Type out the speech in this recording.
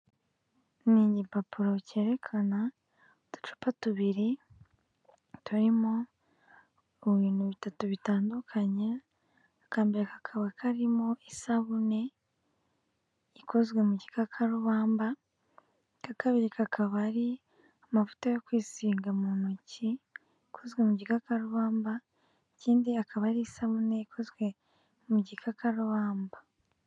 Ni igipapuro cyerekana uducupa tubiri turimo mu bintu bitatu bitandukanye, akambere kakaba karimo isabune ikozwe mu gikakarubamba, akakabiri kakaba ari amavuta yo kwisinga mu ntoki akozwe mu gikakarubamba, ikindi akaba ari isabune ikozwe mu gikakarubamba.